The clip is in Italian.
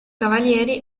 cavalieri